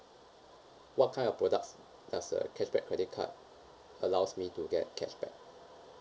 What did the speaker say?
what kind of products does the cashback credit card allows me to get cashback